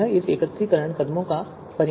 यह इस एकत्रीकरण कदमों का परिणाम है